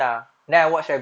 oh